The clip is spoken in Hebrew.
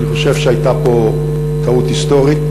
אני חושב שהייתה פה טעות היסטורית.